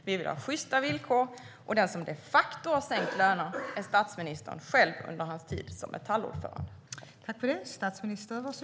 Vi vill ha sjysta villkor, och den som de facto har sänkt lönerna är statsministern själv under sin tid som ordförande i Metall.